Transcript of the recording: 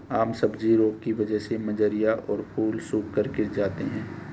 आम सब्जी रोग की वजह से मंजरियां और फूल सूखकर गिर जाते हैं